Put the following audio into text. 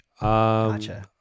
Gotcha